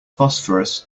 phosphorus